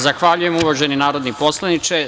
Zahvaljujem, uvaženi narodni poslaniče.